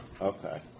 Okay